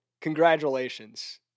congratulations